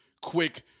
quick